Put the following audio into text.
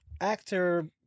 actor